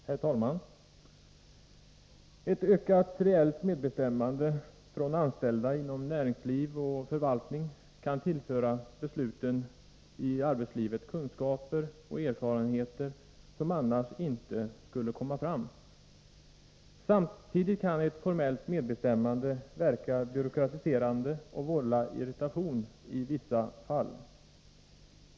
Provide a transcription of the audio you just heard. Herr talman! Ett ökat reellt medinflytande för anställda inom näringsliv och förvaltning kan tillföra besluten i arbetslivet kunskaper och erfarenheter som annars inte skulle komma fram. Samtidigt kan ett formellt medbestämmande verka byråkratiserande och vålla irritation i vissa fall.